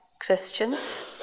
Christians